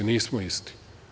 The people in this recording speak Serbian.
Nismo isti.